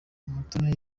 umutoni